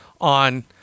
on